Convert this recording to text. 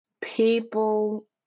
people